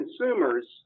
consumers